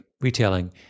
retailing